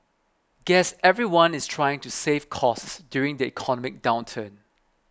guess everyone is trying to save costs during the economic downturn